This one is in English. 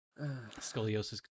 Scoliosis